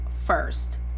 first